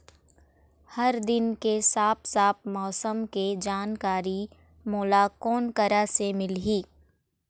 हर दिन के साफ साफ मौसम के जानकारी मोला कोन करा से मिलही?